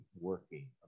working